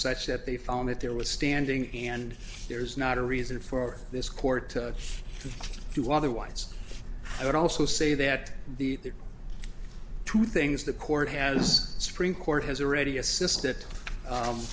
such that they found that there was standing and there's not a reason for this court to do otherwise i would also say that the two things the court has supreme court has already assisted th